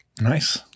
Nice